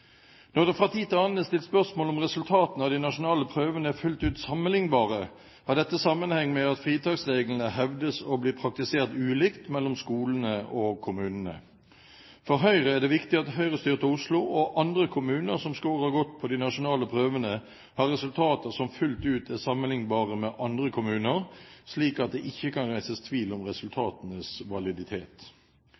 Når det fra tid til annen er stilt spørsmål om resultatene av de nasjonale prøvene er fullt ut sammenlignbare, har dette sammenheng med at fritaksreglene hevdes å bli praktisert ulikt mellom skolene og kommunene. For Høyre er det viktig at høyrestyrte Oslo og andre kommuner som scorer godt på de nasjonale prøvene, har resultater som fullt ut er sammenlignbare med andre kommuner, slik at det ikke kan reises tvil om